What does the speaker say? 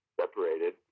separated